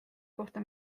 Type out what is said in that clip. kohta